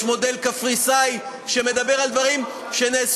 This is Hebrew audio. יש מודל קפריסאי שמדבר על דברים שנעשו